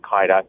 al-Qaeda